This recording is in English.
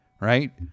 right